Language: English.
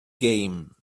game